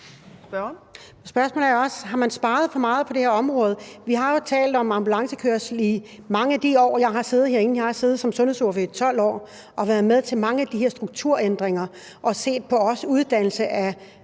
Spørgsmålet er også: Har man sparet for meget på det her område? Vi har talt om ambulancekørsel i mange af de år, jeg har siddet herinde. Jeg har siddet som sundhedsordfører i 12 år og været med til mange af de her strukturændringer, der er sket, og